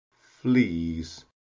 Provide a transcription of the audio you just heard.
fleas